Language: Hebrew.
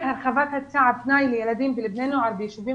הרחבת היצע הפנאי לילדים ולבני נוער בישובים